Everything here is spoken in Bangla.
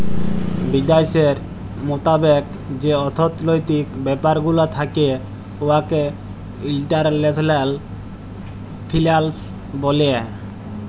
বিদ্যাশের মতাবেক যে অথ্থলৈতিক ব্যাপার গুলা থ্যাকে উয়াকে ইল্টারল্যাশলাল ফিল্যাল্স ব্যলে